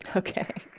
ok.